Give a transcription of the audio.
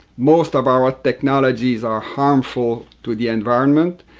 most of our ah technologies are harmful to the environment,